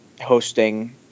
hosting –